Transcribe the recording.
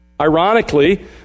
Ironically